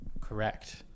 Correct